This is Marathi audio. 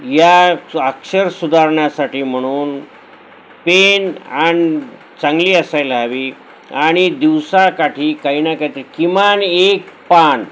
या अक्षर सुधारण्यासाठी म्हणून पेन आणि चांगली असायला हवी आणि दिवसाकाठी काही ना काहीतरी किमान एक पान